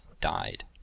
died